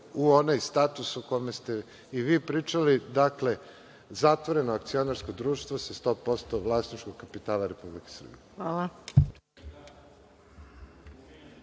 u onaj status o kome ste i vi pričali, dakle, zatvoreno akcionarsko društvo se 100% vlasničkog kapitala Republike Srbije. **Maja